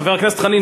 חבר הכנסת חנין,